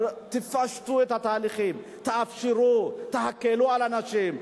תפשטו את התהליכים, תאפשרו, תקלו על הנשים.